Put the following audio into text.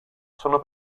sono